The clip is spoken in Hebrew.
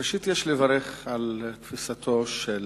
ראשית, יש לברך על תפיסתו של